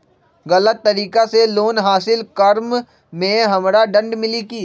गलत तरीका से लोन हासिल कर्म मे हमरा दंड मिली कि?